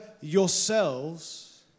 yourselves